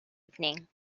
evening